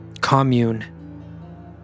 commune